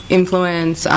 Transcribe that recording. influence